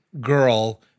girl